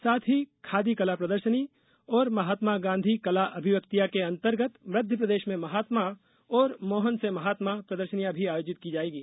साथ ही खादी कला प्रदर्शनी और महात्मा गांधी कला अभिव्यक्तियां के अंतर्गत मध्यप्रदेश में महात्मा और मोहन से महात्मा प्रदर्शनियां भी आयोजित की जाएंगी